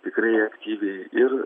tikrai aktyviai ir